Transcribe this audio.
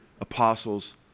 apostles